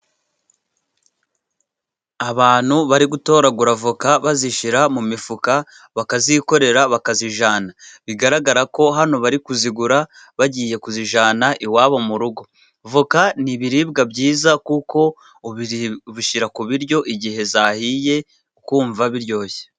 Abantu bari gutoragura voka bazishyira mu mifuka, bakazikorera bakazijyana, bigaragara ko hano bari kuzigura bagiye kuzijyana iwabo mu rugo. Voka ni ibiribwa byiza kuko ubishyira ku biryo igihe zahiye ukumva biryoshye.